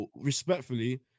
Respectfully